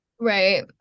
Right